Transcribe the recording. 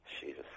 Jesus